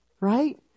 right